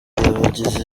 abagize